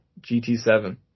GT7